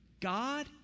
God